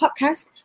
podcast